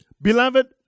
Beloved